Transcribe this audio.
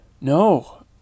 no